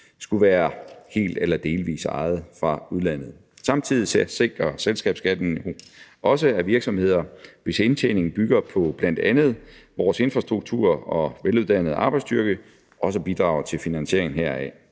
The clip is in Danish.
skulle være helt eller delvis ejet fra udlandet. Samtidig sikrer selskabsskatten, at virksomheder, hvis indtjening bl.a. bygger på vores infrastruktur og veluddannede arbejdsstyrke, også bidrager til finansieringen heraf.